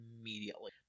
immediately